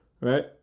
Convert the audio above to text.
right